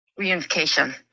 reunification